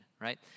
right